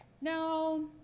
no